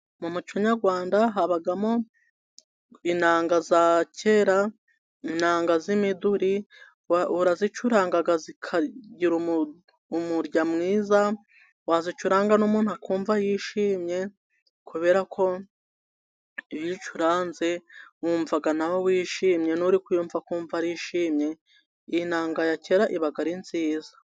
Mu muco nyarwanda habamo inanga za kera. Inanga z'imiduri, urazicuranga zikagira umurya mwiza, wazicuranga n'umuntu akumva yishimye kubera ko iyo uyicuranze wumva nawe wishimye n'uri kuyumva akumva arishimye iyi inanga ya kera iba ari nziza.